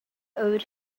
owed